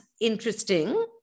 interesting